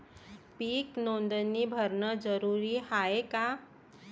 पीक नोंदनी भरनं जरूरी हाये का?